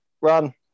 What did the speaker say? Run